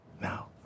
Now